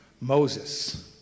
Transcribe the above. Moses